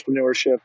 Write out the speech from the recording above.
entrepreneurship